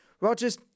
Rogers